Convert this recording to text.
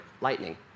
lightning